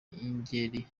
ingeri